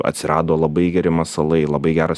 atsirado labai geri masalai labai geras